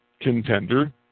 contender